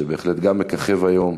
שבהחלט גם מככב היום.